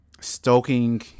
stoking